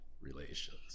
relations